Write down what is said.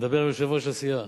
נדבר עם יושב-ראש הסיעה.